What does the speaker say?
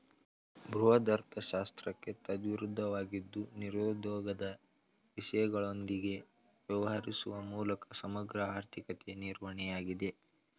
ಬೃಹದರ್ಥಶಾಸ್ತ್ರಕ್ಕೆ ತದ್ವಿರುದ್ಧವಾಗಿದ್ದು ನಿರುದ್ಯೋಗದ ವಿಷಯಗಳೊಂದಿಗೆ ವ್ಯವಹರಿಸುವ ಮೂಲಕ ಸಮಗ್ರ ಆರ್ಥಿಕತೆ ನಿರ್ವಹಣೆಯಾಗಿದೆ